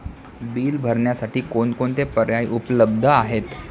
Bill भरण्यासाठी कोणकोणते पर्याय उपलब्ध आहेत?